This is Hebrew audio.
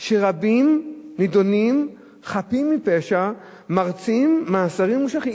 שרבים, נידונים חפים מפשע מרצים מאסרים ממושכים.